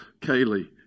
Kaylee